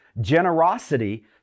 generosity